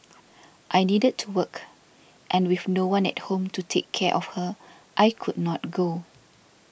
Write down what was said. i needed to work and with no one at home to take care of her I could not go